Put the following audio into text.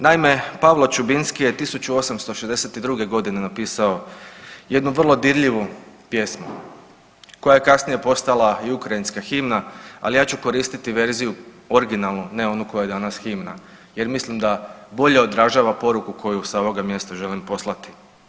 Naime, Pavlo Chubynsky je 1862. godine napisao jednu vrlo dirljivu pjesmu koja je kasnije postala i ukrajinska himna, ali ja ću koristiti verziju originalnu ne onu koja je danas himna jer mislim da bolje odražava poruku koju sa ovoga mjesta želim poslati.